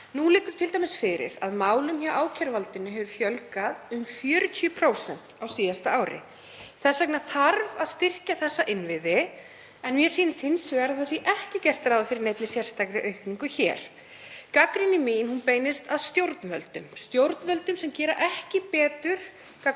Nú liggur t.d. fyrir að málum hjá ákæruvaldinu hefur fjölgað um 40% á síðasta ári. Þess vegna þarf að styrkja þessa innviði. Mér sýnist hins vegar að ekki sé gert ráð fyrir neinni sérstakri aukningu hér. Gagnrýni mín beinist að stjórnvöldum sem gera ekki betur